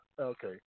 Okay